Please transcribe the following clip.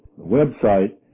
website